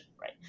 right